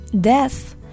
Death